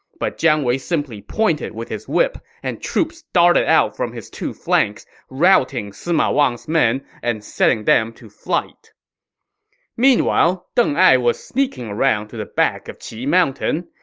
but jiang wei simply pointed with his whip, and troops darted out from his two flanks, routing sima wang's men and setting them to flight meanwhile, deng ai was sneaking around to the back of qi mountain.